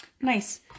Nice